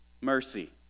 Mercy